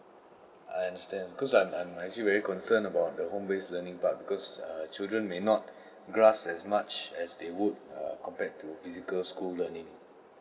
I understand because I'm I'm actually very concerned about the home based learning part because children may not grasp as much as they would err as compared to physical school learning